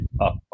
up